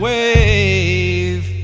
Wave